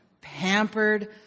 pampered